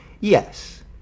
Yes